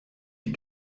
die